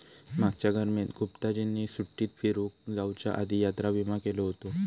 मागच्या गर्मीत गुप्ताजींनी सुट्टीत फिरूक जाउच्या आधी यात्रा विमा केलो हुतो